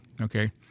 okay